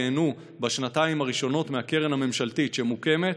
ייהנו בשנתיים הראשונות מהקרן הממשלתית שמוקמת,